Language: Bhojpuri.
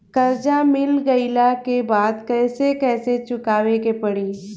कर्जा मिल गईला के बाद कैसे कैसे चुकावे के पड़ी?